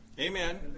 Amen